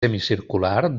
semicircular